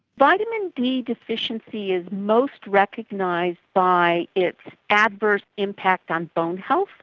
vitamin d deficiency is most recognised by its adverse impact on bone health.